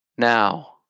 Now